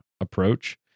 approach